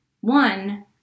one